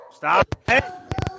Stop